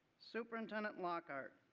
superintendent lockhard,